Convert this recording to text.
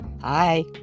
Hi